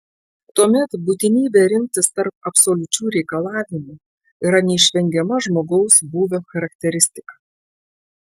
tuomet būtinybė rinktis tarp absoliučių reikalavimų yra neišvengiama žmogaus būvio charakteristika